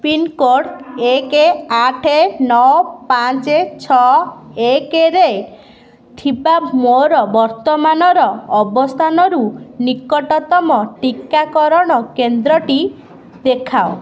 pin code ଏକ ଆଠ ନଅ ପାଞ୍ଚ ଛଅ ଏକରେ ଥିବା ମୋର ବର୍ତ୍ତମାନର ଅବସ୍ଥାନରୁ ନିକଟତମ ଟିକାକରଣ କେନ୍ଦ୍ରଟି ଦେଖାଅ